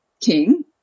king